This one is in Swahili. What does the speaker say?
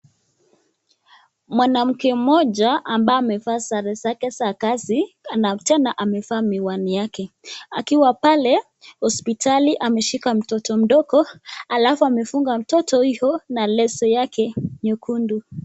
Mwanamke mmoja ambaye amevaa sare zake za kazi, na tena anvaa miwani yake, akiwa pale hospitali ameshika mtoto mdogo alafu amefunga mtoto huyo na leso yake nyekundu.